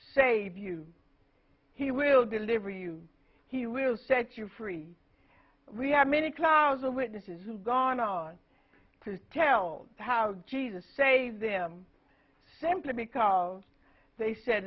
save you he will deliver you he will set you free we have many clowes and witnesses who gone on to tell how jesus saved them simply because they said